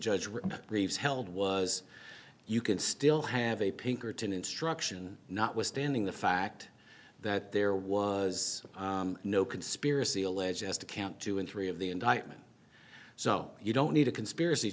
and reeves held was you can still have a pinkerton instruction notwithstanding the fact that there was no conspiracy alleged as to count two in three of the indictment so you don't need a conspiracy